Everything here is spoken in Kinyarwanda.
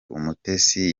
umutesi